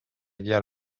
guerre